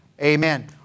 Amen